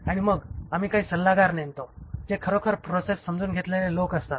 आणि मग आम्ही काही सल्लागार नेमतो जे खरोखरच प्रोसेस समजून घेतलेले लोक असतात